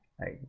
right